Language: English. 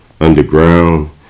Underground